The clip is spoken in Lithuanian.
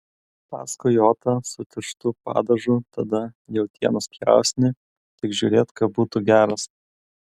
paskui otą su tirštu padažu tada jautienos pjausnį tik žiūrėk kad būtų geras